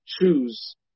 choose